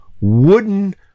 wooden